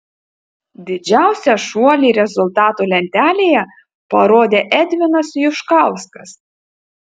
didžiausią šuolį rezultatų lentelėje parodė edvinas juškauskas